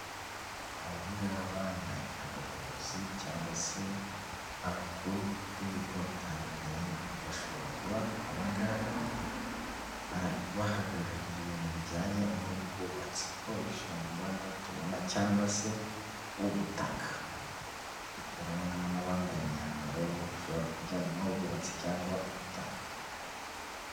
Abangaba ni abayobozi cyangwa se abakuru b'ibigo bitandukanye, bashobora kuba abangaba bahagarariye ibintu bijyanye n'ubwubatsi kushushanyo mbonera tubona cyangwa se ubutaka, turabonamo n'abambaye imyambaro ashobora kujyanye n'ubwubatsi cyangwa ubutaka.